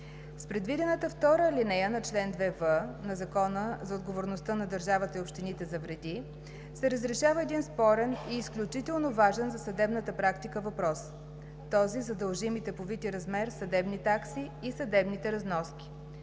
С предвидената втора алинея на чл. 2в на Закона за отговорността на държавата и общините за вреди се разрешава един спорен и изключително важен за съдебната практика въпрос – този за дължимите по вид и размер съдебни такси и съдебните разноски.